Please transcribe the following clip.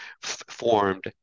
formed